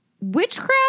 Witchcraft